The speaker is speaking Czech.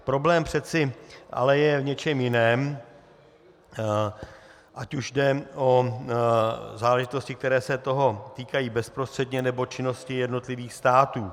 Problém ale je v něčem jiném, ať už jde o záležitosti, které se toho týkají bezprostředně, nebo činnosti jednotlivých států.